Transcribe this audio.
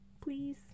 Please